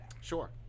sure